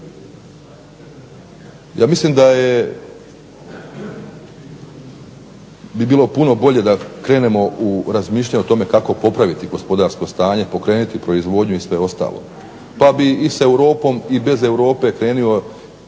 Ja mislim da bi bilo puno bolje da krenemo u razmišljanje o tome kako popraviti gospodarsko stanje, pokrenuti proizvodnju i sve ostalo, pa bi i sa Europom i bez Europe i krenulo